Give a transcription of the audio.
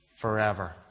forever